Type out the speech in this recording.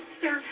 sir